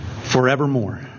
forevermore